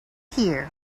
here